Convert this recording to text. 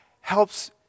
helps